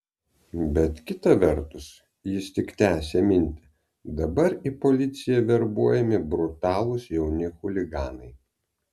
bet kita vertus jis tik tęsė mintį dabar į policiją verbuojami brutalūs jauni chuliganai